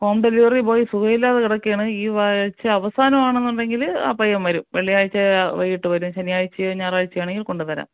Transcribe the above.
home delivery boy സുഖമില്ലാതെ കിടക്കാണ് ഈ ആഴ്ച അവസാനമാണെന്നുണ്ടെങ്കിൽ ആ പയ്യൻ വരും വെള്ളിയാഴ്ച്ച വൈകീട്ട് വരും ശനിയാഴ്ചയോ ഞായറാഴ്ചയോ ആണെങ്കിൽ കൊണ്ട് തരാം